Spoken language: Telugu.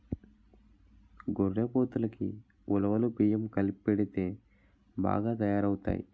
గొర్రెపోతులకి ఉలవలు బియ్యం కలిపెడితే బాగా తయారవుతాయి